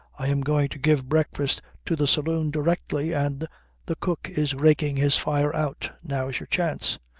i am going to give breakfast to the saloon directly, and the cook is raking his fire out. now's your chance.